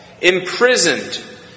Imprisoned